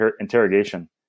interrogation